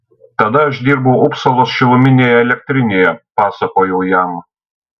tada aš dirbau upsalos šiluminėje elektrinėje pasakojau jam